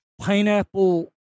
pineapple